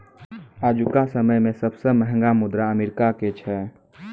आजुका समय मे सबसे महंगा मुद्रा अमेरिका के छै